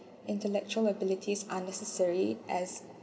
intellectual abilities are necessary as